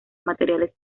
materiales